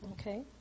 Okay